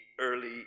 early